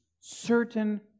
certain